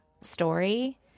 story